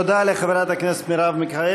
תודה לחברת הכנסת מרב מיכאלי,